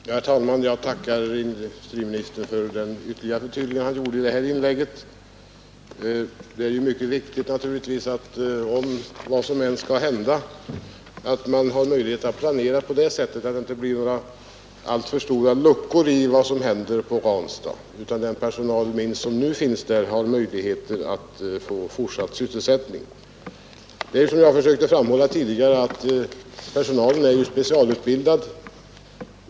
Herr talman! Jag tackar industriministern för det ytterligare förtydligande han gjorde i det senaste inlägget. Det är naturligtvis viktigt vad som än skall hända att man har möjlighet att planera på det sättet att det inte blir några alltför stora luckor i verksamheten på Ranstad, så att den personalstyrka som nu finns där får möjlighet till fortsatt sysselsättning. Som jag försökte framhålla tidigare är personalen där specialutbildad.